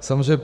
Samozřejmě